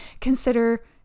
consider